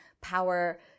Power